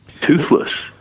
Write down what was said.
toothless